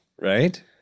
right